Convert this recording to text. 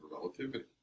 relativity